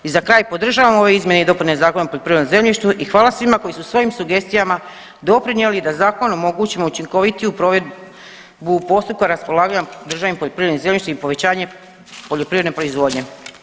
I za kraj podržavam ove izmjene i dopune Zakona o poljoprivrednom zemljištu i hvala svima koji su svojim sugestijama doprinijeli da zakonom omogućimo učinkovitiju provedbu postupka raspolaganja državnim poljoprivrednim zemljištem i povećanje poljoprivredne proizvodnje.